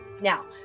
now